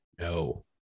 No